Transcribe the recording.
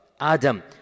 Adam